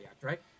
right